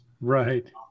Right